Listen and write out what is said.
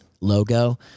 logo